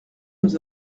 nous